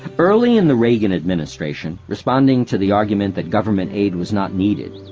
early in the reagan administration, responding to the argument that government aid was not needed,